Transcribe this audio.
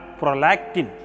prolactin